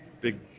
big